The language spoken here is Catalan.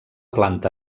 planta